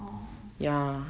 orh